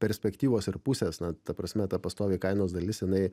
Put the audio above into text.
perspektyvos ir pusės na ta prasme ta pastovi kainos dalis jinai